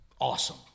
awesome